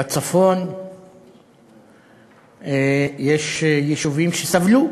בצפון יש יישובים שסבלו,